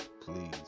please